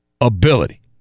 ability